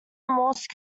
morse